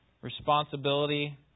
responsibility